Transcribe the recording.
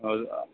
हँ